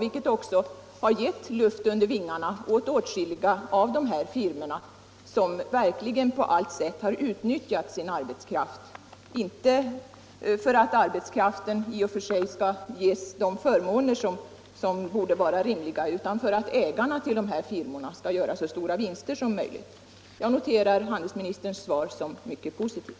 Det har gett luft under ving arna åt åtskilliga firmor som verkligen på allt sätt unyttjar människors behov av att få arbete och som har som främsta syfte att ge ägarna så stora vinster som möjligt. Jag noterar handelsministerns svar som mycket positivt.